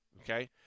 okay